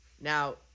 Now